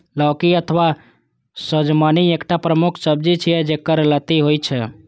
लौकी अथवा सजमनि एकटा प्रमुख सब्जी छियै, जेकर लत्ती होइ छै